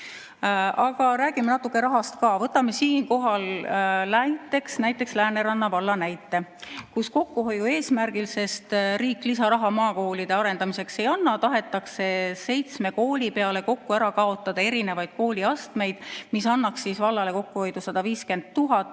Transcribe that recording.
Aga räägime natuke rahast ka. Võtame siinkohal Lääneranna valla näite, kus kokkuhoiu eesmärgil, sest riik lisaraha maakoolide arendamiseks ei anna, tahetakse seitsme kooli peale kokku ära kaotada erinevaid kooliastmeid, mis annaks vallale kokkuhoidu 150 000